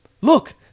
look